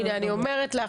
הנה, אני אומרת לך.